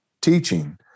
teaching